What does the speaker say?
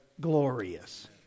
glorious